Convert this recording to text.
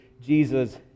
Jesus